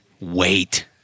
Wait